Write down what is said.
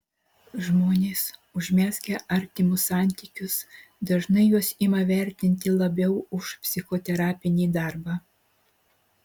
žmonės užmezgę artimus santykius dažnai juos ima vertinti labiau už psichoterapinį darbą